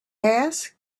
asked